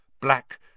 Black